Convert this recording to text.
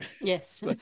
yes